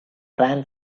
ran